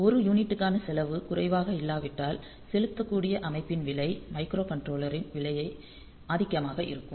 ஒரு யூனிட்டிற்கான செலவு குறைவாக இல்லாவிட்டால் செலுத்தக்கூடிய அமைப்பின் விலை மைக்ரோகண்ட்ரோலரின் விலையின் ஆதிக்கமாக இருக்கும்